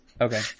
Okay